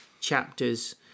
chapters